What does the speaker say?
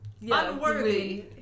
unworthy